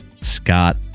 Scott